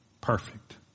Perfect